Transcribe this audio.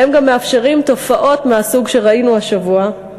והם גם מאפשרים תופעות מהסוג" שראינו השבוע,